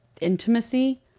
intimacy